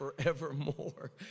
forevermore